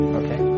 okay